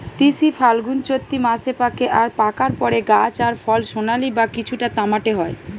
তিসি ফাল্গুনচোত্তি মাসে পাকে আর পাকার পরে গাছ আর ফল সোনালী বা কিছুটা তামাটে হয়